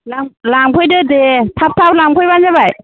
लां लांफैदो दे थाब थाब लांफैबानो जाबाय